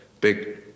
big